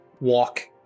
walk